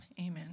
amen